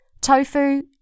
tofu